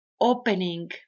opening